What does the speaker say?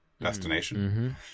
destination